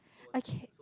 okay